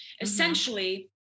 essentially